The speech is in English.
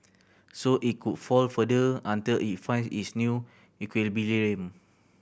so it could fall further until it finds its new equilibrium